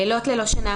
לילות ללא שינה,